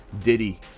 Diddy